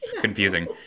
confusing